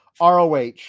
ROH